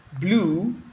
blue